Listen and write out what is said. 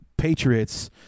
Patriots